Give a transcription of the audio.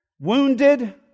wounded